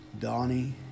Donnie